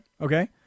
Okay